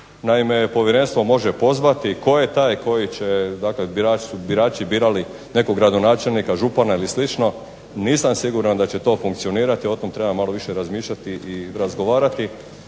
Naime povjerenstvo može pozvati tko je taj koji će, dakle birači su, birači birali nekog gradonačelnika, župana ili slično, nisam siguran da će to funkcionirati, o tom treba malo više razmišljati i razgovarati.